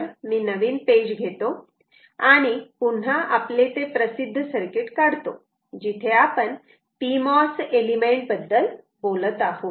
तर मी नवीन पेज घेतो आणि पुन्हा आपले ते प्रसिद्ध सर्किट काढतो जिथे आपण pmos एलिमेंट बद्दल बोलत आहोत